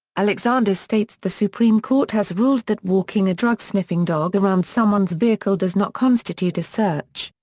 alexander states the supreme court has ruled that walking a drug-sniffing dog around someone's vehicle does not constitute a search,